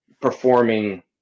performing